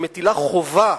שמטילה חובה,